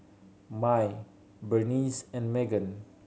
Mai Berniece and Meggan